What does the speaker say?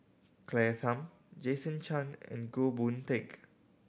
Claire Tham Jason Chan and Goh Boon Teck